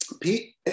Pete